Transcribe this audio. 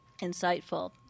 insightful